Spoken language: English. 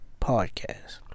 Podcast